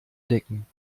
decken